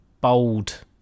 bold